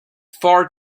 far